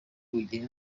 wigira